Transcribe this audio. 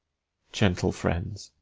gentle friends.